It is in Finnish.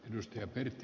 arvoisa puhemies